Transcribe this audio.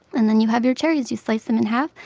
and then you have your cherries. you slice them in half,